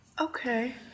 okay